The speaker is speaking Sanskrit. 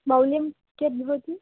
मौल्यं कियद्भवति